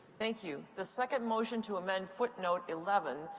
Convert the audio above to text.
thank you. the second motion to amend footnote eleven,